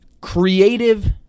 creative